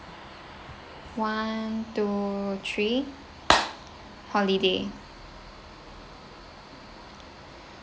one two three holiday